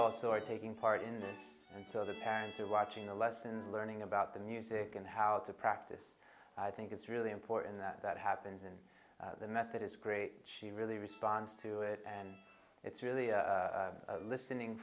also are taking part in this and so the parents are watching the lessons learning about the music and how to practice i think it's really important that that happens and the method is great she really responds to it and it's really listening